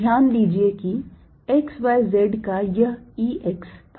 ध्यान दीजिये कि x y z का यह E x फलन है